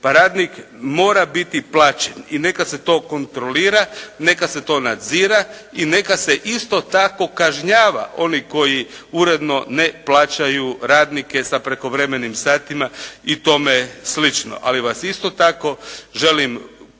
Pa radnik mora biti plaćen i neka se to kontrolira. Neka se to nadzire i neka se isto tako kažnjava oni koji uredno ne plaćaju radnike sa prekovremenim satima i tome slično. Ali vas isto tako želim uvjeriti